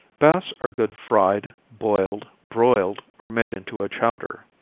bass are good fried, boiled, broiled, or made into a chowder.